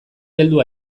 heldu